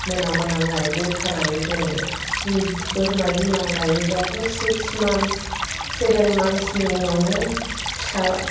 मोना मोना लायदो खानानै दोनदो बोरमा बिमा लायोबाथ' सिक्स मानथ्स सेभेन मानथ्सनि उनावनो फिसा